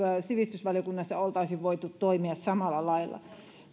sivistysvaliokunnassa oltaisiin voitu toimia samalla lailla